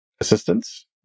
assistance